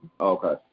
Okay